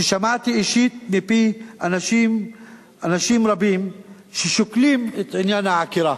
ששמעתי אישית מפי אנשים רבים שהם שוקלים את עניין העקירה.